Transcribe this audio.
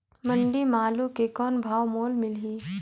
मंडी म आलू के कौन भाव मोल मिलही?